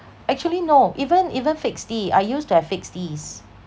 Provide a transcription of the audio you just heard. actually no even even fixed D I used to have fixed Ds